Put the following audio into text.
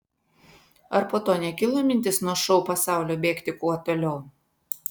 ar po to nekilo mintis nuo šou pasaulio bėgti kuo toliau